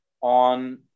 on